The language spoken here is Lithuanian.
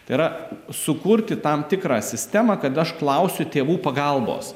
tai yra sukurti tam tikrą sistemą kad aš klausiu tėvų pagalbos